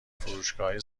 فروشگاههای